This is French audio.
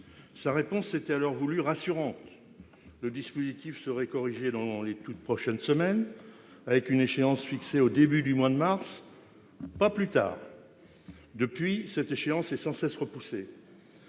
Sa réponse s'était alors voulue rassurante : le dispositif serait corrigé « dans les toutes prochaines semaines », une échéance ayant été fixée au « début du mois de mars, pas plus tard »! Depuis, cette échéance est sans cesse repoussée.